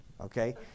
okay